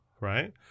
Right